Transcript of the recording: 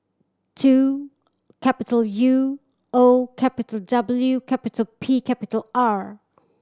two capital U O capital W capital P capital R